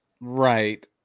Right